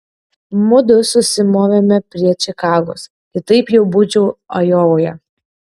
mudu susimovėme prie čikagos kitaip jau būčiau ajovoje